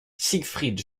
siegfried